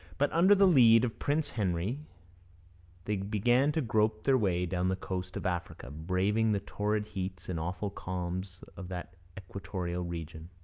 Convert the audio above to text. but under the lead of prince henry they began to grope their way down the coast of africa, braving the torrid heats and awful calms of that equatorial region,